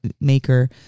maker